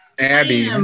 Abby